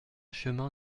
chemin